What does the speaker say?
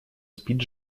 спит